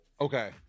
okay